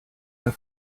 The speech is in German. der